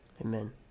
Amen